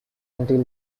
until